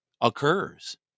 occurs